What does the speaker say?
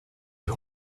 you